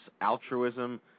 altruism